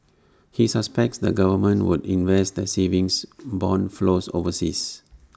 he suspects the government would invest the savings Bond flows overseas